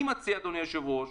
אני מציע, אדוני היושב-ראש,